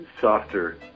softer